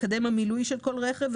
מקדם המילוי של כל רכב,